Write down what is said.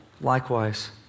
likewise